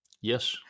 Yes